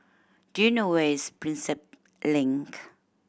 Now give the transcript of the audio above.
do you know where is Prinsep Link